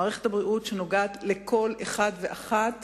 מערכת הבריאות שנוגעת לכל אחד ואחת